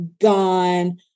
gone